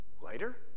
lighter